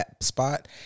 spot